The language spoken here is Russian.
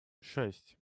шесть